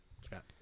Scott